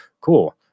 Cool